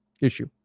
issue